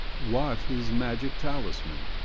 what his magic talisman?